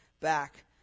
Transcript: back